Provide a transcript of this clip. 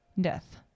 death